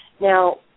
Now